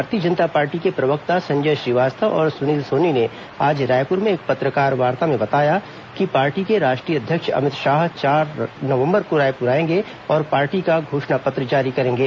भाजपा के प्रवक्ता संजय श्रीवास्तव और सुनील सोनी ने आज रायपुर में एक पत्रकारवार्ता में बताया कि पार्टी के राष्ट्रीय अध्यक्ष अमित शाह चार रायपुर आएंगे और पार्टी का घोषणा पत्र जारी करेंगे